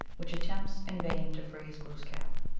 which attempts in vain to freeze glooskap.